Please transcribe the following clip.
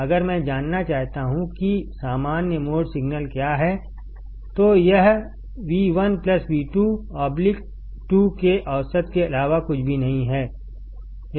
इसलिए अगर मैं जानना चाहता हूं कि सामान्य मोड सिग्नल क्या है तो यहV1 V2 2के औसत के अलावा कुछ नहीं है